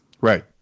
right